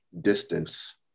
distance